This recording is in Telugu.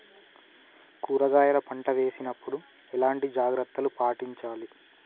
కూరగాయల పంట వేసినప్పుడు ఎలాంటి జాగ్రత్తలు పాటించాలి?